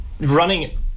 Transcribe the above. running